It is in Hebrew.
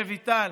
רויטל,